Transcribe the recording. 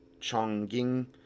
Chongqing